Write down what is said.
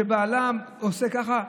שבעלה עושה ככה?